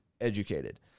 educated